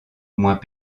moins